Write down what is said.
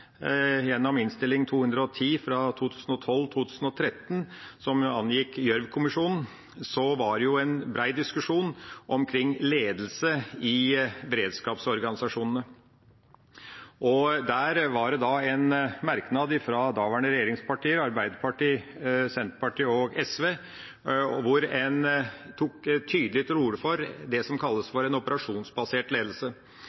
som angikk Gjørv-kommisjonens rapport, var det en bred diskusjon rundt temaet «ledelse» i beredskapsorganisasjonene. Der var det en merknad fra de daværende regjeringspartiene, Arbeiderpartiet, Senterpartiet og SV, hvor en tok tydelig til orde for det som kalles operasjonsbasert ledelse. Det betyr at en